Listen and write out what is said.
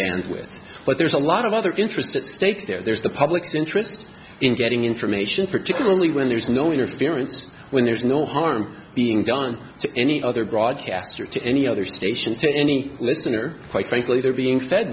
bandwidth but there's a lot of other interest at stake there's the public's interest in getting information particularly when there's no interference when there's no harm being done to any other broadcaster to any other station to any listener quite frankly they're being fed